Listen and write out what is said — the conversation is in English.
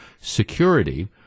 security